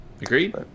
Agreed